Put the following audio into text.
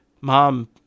Mom